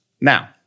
now